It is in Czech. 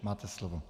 Máte slovo.